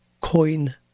coin